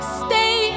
stay